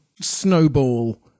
snowball